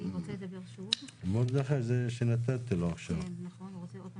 בשביל שנוכל